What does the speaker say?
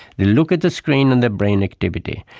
they look at the screen and their brain activity,